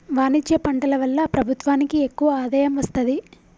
వాణిజ్య పంటల వల్ల ప్రభుత్వానికి ఎక్కువ ఆదాయం వస్తది